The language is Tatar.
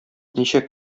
ничә